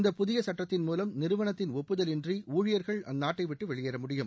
இந்த புதிய சுட்டத்தின் மூலம் நிறுவனத்தின் ஒப்புதல் இன்றி ஊழியர்கள் அந்நாட்டைவிட்டு வெளியேற முடியும்